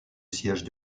siège